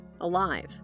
alive